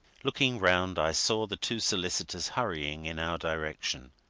looking round i saw the two solicitors hurrying in our direction,